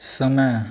समय